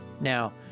Now